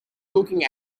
looking